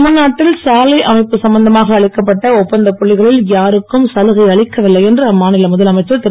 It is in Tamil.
தமிழ்நாட்டில் சாலை அமைப்பு சம்பந்தமாக அளிக்கப்பட்ட ஒப்பந்தப் புள்ளிகளில் யாருக்கும் சலுகை அளிக்கவில்லை என்று அம்மாநில முதலமைச்சர் திரு